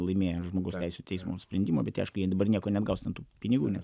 laimėjo žmogaus teisių teismo sprendimą bet jie aišku jie dabar nieko negaus ten tų pinigų net